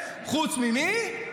חוץ ממי?